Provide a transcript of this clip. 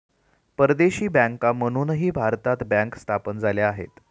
परदेशी बँका म्हणूनही भारतीय बँका स्थापन झाल्या आहेत